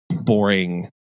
boring